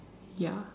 ya